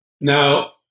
Now